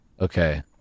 Okay